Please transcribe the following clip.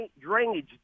drainage